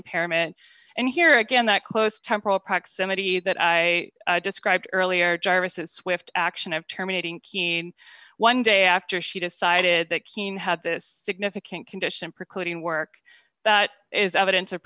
impairment and here again that close temporal proximity that i described earlier jarvis is swift action of terminating one day after she decided that kean had this significant condition precluding work that is evidence o